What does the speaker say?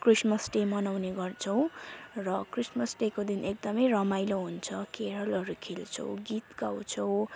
Christmas day मनाउने गर्छौँ र क्रिसमस डेको दिन एकदमै रमाइलो हुन्छ क्यारोलहरू खेल्छौँ गीत गाउँछौँ